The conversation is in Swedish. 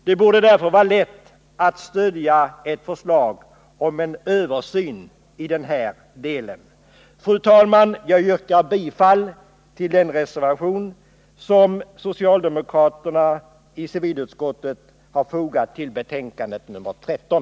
Det borde därför vara lätt att stödja ett förslag om en översyn i den här delen. Fru talman! Jag yrkar bifall till den reservation som vi socialdemokrater i civilutskottet har fogat till betänkandet nr 13.